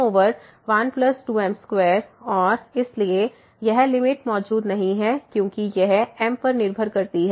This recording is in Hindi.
m12m2और इसलिए यह लिमिट मौजूद नहीं है क्योंकि यह m पर निर्भर करती है